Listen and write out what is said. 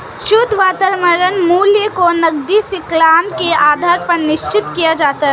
शुद्ध वर्तमान मूल्य को नकदी शृंखला के आधार पर निश्चित किया जाता है